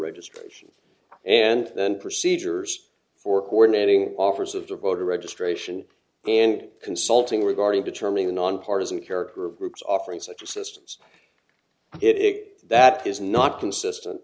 registration and then procedures for coordinating offers of voter registration and consulting regarding determining the nonpartizan character of groups offering such assistance it that is not consistent